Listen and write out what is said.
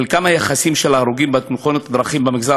חלקם היחסי של ההרוגים בתאונות דרכים במגזר